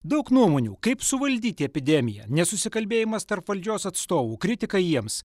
daug nuomonių kaip suvaldyti epidemiją nesusikalbėjimas tarp valdžios atstovų kritika jiems